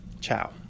Ciao